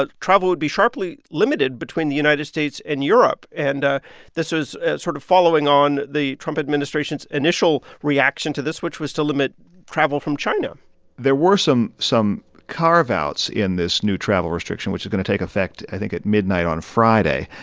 ah travel would be sharply limited between the united states and europe. and ah this was sort of following on the trump administration's initial reaction to this, which was to limit travel from china there were some some carve-outs in this new travel restriction, which is going to take effect, i think, at midnight on friday.